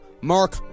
Mark